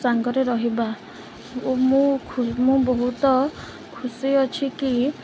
ସାଙ୍ଗରେ ରହିବା ଓ ମୁଁ ମୁଁ ବହୁତ ଖୁସି ଅଛି କି